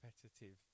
competitive